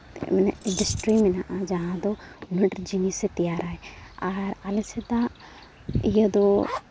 ᱢᱟᱱᱮ ᱤᱱᱰᱟᱥᱴᱨᱤ ᱢᱮᱱᱟᱜᱼᱟ ᱡᱟᱦᱟᱸ ᱫᱚ ᱩᱱᱟᱹᱜ ᱰᱷᱮᱹᱨ ᱡᱤᱱᱤᱥᱮ ᱛᱮᱭᱟᱨᱟ ᱟᱨ ᱟᱞᱮ ᱥᱮᱫᱟᱜ ᱤᱭᱟᱹ ᱫᱚ